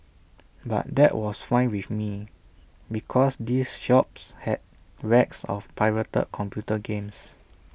but that was fine with me because these shops had racks of pirated computer games